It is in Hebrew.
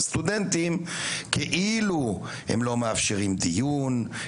סטודנטים כאילו הם לא מאפשרים דיון,